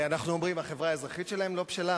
אנחנו אומרים שהחברה האזרחית שלהם לא בשלה,